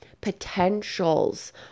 potentials